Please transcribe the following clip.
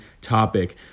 topic